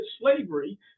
slavery